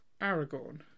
Aragorn